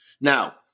Now